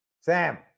sam